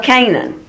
Canaan